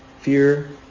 Fear